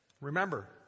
Remember